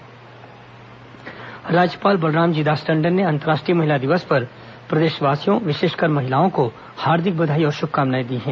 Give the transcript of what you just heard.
अंतर्राष्ट्रीय महिला दिवस राज्यपाल राज्यपाल बलरामजी दास टंडन ने अंतर्राष्ट्रीय महिला दिवस पर प्रदेषवासियों विषेषकर महिलाओं को हार्दिक बधाई ओर शुभकामनाएं दी हैं